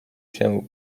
się